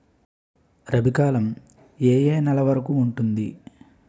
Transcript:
రబీ కాలం ఏ ఏ నెల వరికి ఉంటుంది?